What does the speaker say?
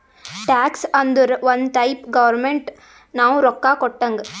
tax ಅಂದುರ್ ಒಂದ್ type government ನಾವು ರೊಕ್ಕಾ ಕೊಟ್ಟಂಗ್